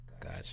Gotcha